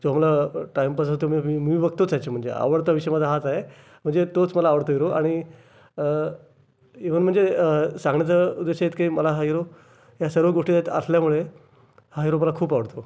जेव्हा मला टाईमपास असतो तेव्हा मी मूवी बघतोच त्याची म्हणजे आवडता विषय माझा हाच आहे म्हणजे तोच मला आवडता हिरो आणि इव्हन म्हणजे सांगण्याचा उद्देश हेच की मला हा हिरो या सर्व गोष्टी त्यात असल्यामुळे हा हिरो मला खूप आवडतो